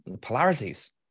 polarities